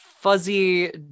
fuzzy